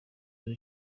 hari